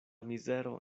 mizero